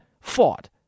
fought